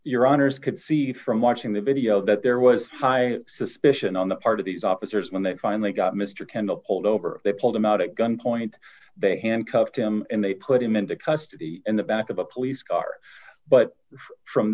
your owners could see from watching the video that there was high suspicion on the part of these officers when they finally got mr kendall pulled over they pulled him out at gunpoint they handcuffed him and they put him into custody in the back of a police car but from